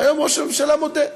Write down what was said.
והיום ראש הממשלה מודה,